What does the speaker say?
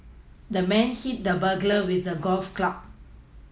the man hit the burglar with a golf club